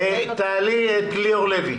ליאור לוי,